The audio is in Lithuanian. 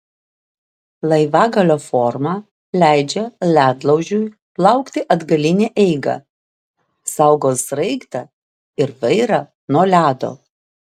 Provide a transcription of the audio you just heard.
laivagalio forma leidžia ledlaužiui plaukti atgaline eiga saugo sraigtą ir vairą nuo ledo